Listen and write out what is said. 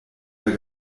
der